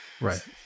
Right